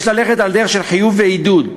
יש ללכת בדרך של חיוב ועידוד.